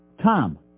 Tom